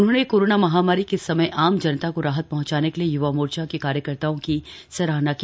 उन्होंने कोरोना महामारी के समय आम जनता को राहत पहुंचाने के लिए य्वा मोर्चा के कार्यकर्ताओं की सराहना की